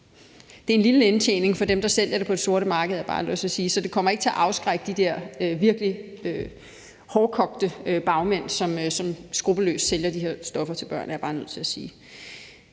altså en lille indtjening for dem, der sælger det på det sorte marked, så det kommer ikke til at afskrække de der virkelig hårdkogte bagmænd, som skruppelløst sælger de her stoffer til børn. Det er jeg bare nødt til at sige.